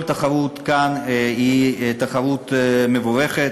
כל תחרות כאן היא תחרות מבורכת.